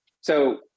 So-